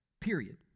Period